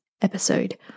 episode